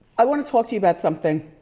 i wanna talk to you about something